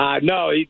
No